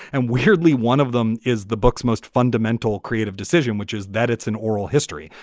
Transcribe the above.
and weirdly, one of them is the book's most fundamental creative decision, which is that it's an oral history.